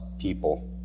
people